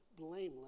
blameless